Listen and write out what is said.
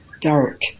dark